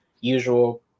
usual